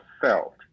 felt